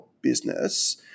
business